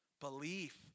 Belief